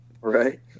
Right